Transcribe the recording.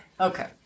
Okay